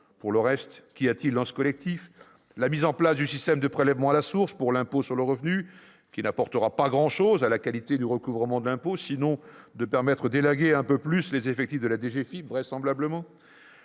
Pour le reste, qu'y a-t-il dans ce collectif ? La mise en place du système de prélèvement à la source pour l'impôt sur le revenu, qui n'apportera pas grand-chose à la qualité du recouvrement de l'impôt, sinon de permettre d'élaguer un peu plus les effectifs de la DGFiP ... La